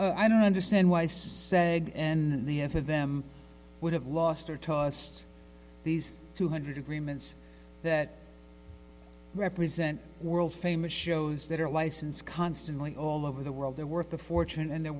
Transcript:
country i don't understand why i said in the end for them would have lost their tossed these two hundred agreements that represent world famous shows that are licensed constantly all over the world they're worth a fortune and they're